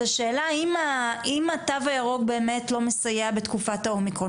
אז השאלה אם התו הירוק באמת לא מסייע בתקופת האומיקרון,